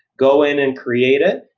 go in and create it.